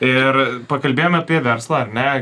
ir pakalbėjome apie verslą ar ne